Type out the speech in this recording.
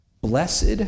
blessed